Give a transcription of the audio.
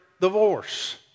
divorce